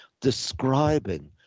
describing